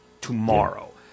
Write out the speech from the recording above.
tomorrow